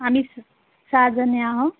आम्ही स सहा जणी आहे